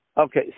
Okay